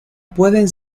pueden